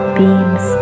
beams